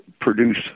produce